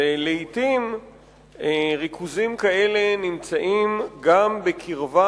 ולעתים ריכוזים כאלה נמצאים גם בקרבה,